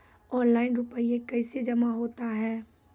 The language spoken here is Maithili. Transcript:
ऑनलाइन रुपये कैसे जमा होता हैं?